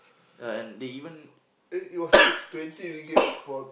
ya and they even